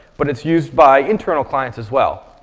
but it's used by internal clients as well.